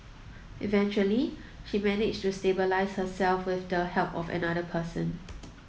eventually she managed to stabilise herself with the help of another person